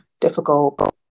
difficult